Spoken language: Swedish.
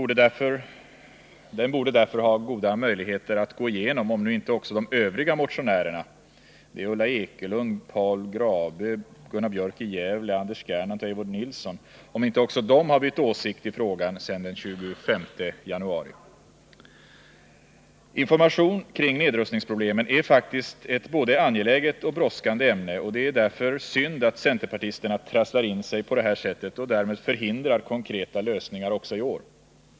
Den borde därför ha goda möjligheter att gå igenom, om nu inte också de övriga motionärerna — Ulla Ekelund, Paul Grabö, Gunnar Björk i Gävle, Anders Gernandt och Eivor Nilson — har bytt åsikt i frågan sedan den 25 januari. Information kring nedrustningsproblemen är faktiskt ett både angeläget och brådskande ämne, och det är därför synd att centerpartisterna trasslar in sig på det här sättet och därmed förhindrar konkreta lösningar också i år.